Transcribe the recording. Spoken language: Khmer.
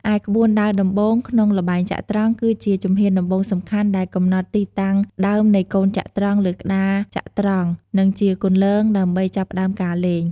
ឯ ក្បួនដើរដំបូង ក្នុងល្បែងចត្រង្គ គឺជាជំហានដំបូងសំខាន់ដែលកំណត់ទីតាំងដើមនៃកូនចត្រង្គលើក្ដារចត្រង្គ និងជាគន្លងដើម្បីចាប់ផ្តើមការលេង។